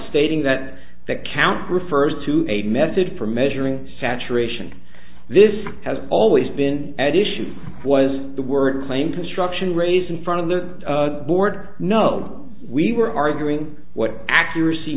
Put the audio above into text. stating that the count refers to a method for measuring saturation this has always been added shoot was the word claim construction raised in front of the board no we were arguing what accuracy